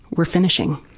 we are finishing.